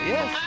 Yes